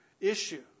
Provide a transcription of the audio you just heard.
issue